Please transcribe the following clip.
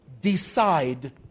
Decide